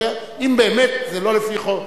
אם באמת זה לא לפי חוק,